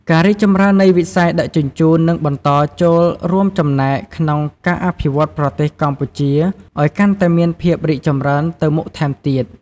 ការរីកចម្រើននៃវិស័យដឹកជញ្ជូននឹងបន្តចូលរួមចំណែកក្នុងការអភិវឌ្ឍប្រទេសកម្ពុជាឱ្យកាន់តែមានភាពរីកចម្រើនទៅមុខថែមទៀត។